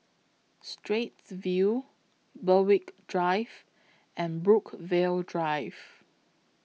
Straits View Berwick Drive and Brookvale Drive